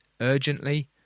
urgently